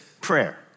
prayer